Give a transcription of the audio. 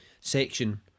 section